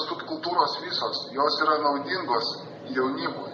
subkultūros visos jos yra naudingos jaunimui